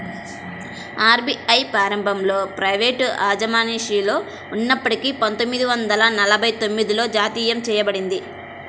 RBI ప్రారంభంలో private అజమాయిషిలో ఉన్నప్పటికీ పందొమ్మిది వందల నలభై తొమ్మిదిలో జాతీయం చేయబడింది